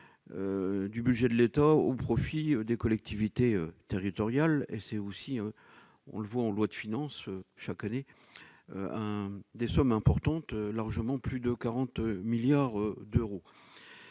du budget de l'État au profit des collectivités territoriales, qui représentent- on le voit en loi de finances chaque année -des sommes importantes : largement plus de 40 milliards d'euros.